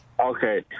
Okay